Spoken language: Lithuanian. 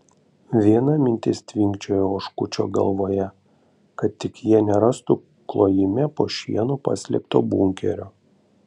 viena mintis tvinkčioja oškučio galvoje kad tik jie nerastų klojime po šienu paslėpto bunkerio